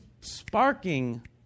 sparking